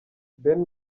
ben